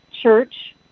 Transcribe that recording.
church